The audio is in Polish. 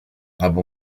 albo